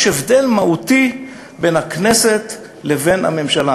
יש הבדל מהותי בין הכנסת לבין הממשלה,